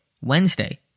Wednesday